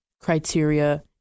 criteria